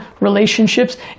relationships